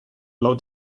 low